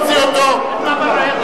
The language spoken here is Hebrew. חבר הכנסת נסים זאב,